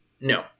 no